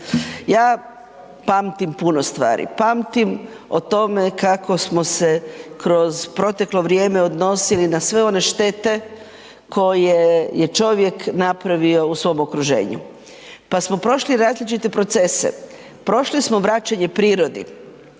Ja pamtim puno stvari, pamtim o tome kako smo se kroz proteklo vrijeme odnosili na sve one štete koje je čovjek napravio u svom okruženju, pa smo prošli različite procese. Prošli smo vraćanje prirodi.